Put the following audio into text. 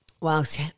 whilst